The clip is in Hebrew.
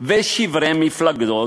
ושברי מפלגות,